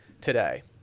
today